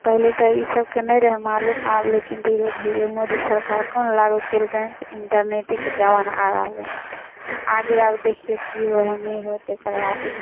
पहिले तऽ ईसबके नहि रहै मालूम आब लेकिन धीरे धीरे मोदी सरकार कोन लागू केलकनि से इन्टरनेटेके जमाना आ रहलै आगे आब देखिऔ कि होइ हइ नहि होइ हइ तकर बाद